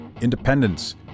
independence